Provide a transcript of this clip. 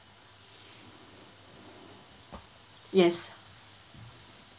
yes